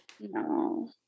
No